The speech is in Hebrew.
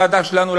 זה בוועדה שלנו,